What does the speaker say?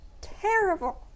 terrible